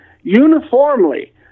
uniformly